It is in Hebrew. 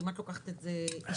כמעט לוקחת את זה אישי.